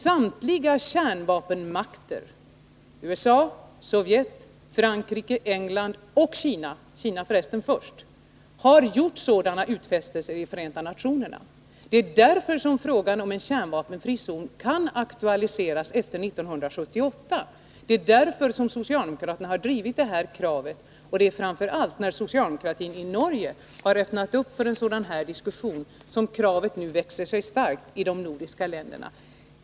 Samtliga kärnvapenmakter, dvs. USA, Sovjet, Frankrike, England och Kina — Kina kom för resten först — har gjort sådana utfästelser i Förenta nationerna. Det är därför som frågan om en kärnvapenfri zon kan aktualiseras efter 1978 då FN rekommenderade sådana zoner. Det är därför som socialdemokraterna har drivit detta krav. Men det är framför allt när socialdemokratin i Norge har öppnat en sådan diskussion som kravet nu växer sig starkt i de nordiska länderna.